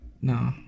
No